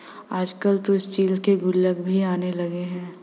आजकल तो स्टील के गुल्लक भी आने लगे हैं